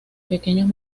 pequeños